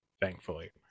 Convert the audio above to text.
thankfully